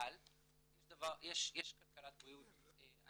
אבל יש כלכלת בריאות,